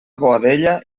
boadella